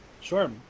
Sure